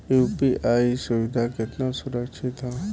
UPI सुविधा केतना सुरक्षित ह?